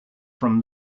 from